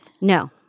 No